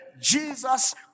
Jesus